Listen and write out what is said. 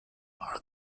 are